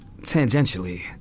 tangentially